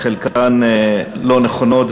חלקן לא נכונות,